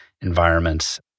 environments